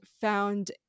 found